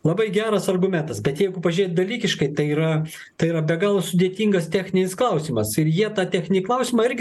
labai geras argumentas bet jeigu pažiūrėt dalykiškai tai yra tai yra be galo sudėtingas techninis klausimas ir jie tą techninį klausimą irgi